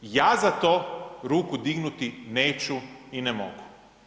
Ja za to ruku dignuti neću i ne mogu.